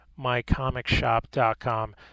MyComicShop.com